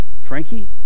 Frankie